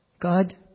God